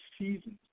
seasons